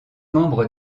membre